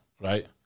right